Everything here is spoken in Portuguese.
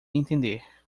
entender